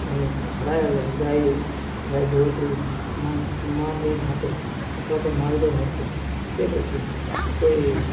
એ ઘળાંએલો ગાય ગાય ગવત્રિયુ માં મા બેન માટે અથવા તો માલ ઢોર માટે કે પછી કોઈ